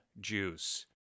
juice